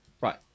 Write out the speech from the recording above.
right